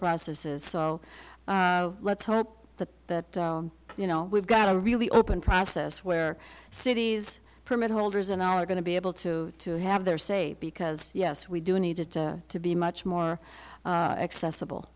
processes so let's hope that that you know we've got a really open process where cities permit holders in are going to be able to have their say because yes we do need to be much more accessible